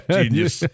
genius